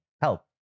help